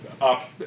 up